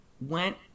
went